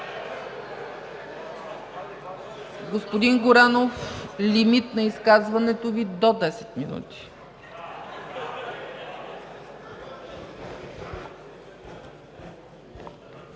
Господин Горанов, лимит на изказването Ви – до 10 минути.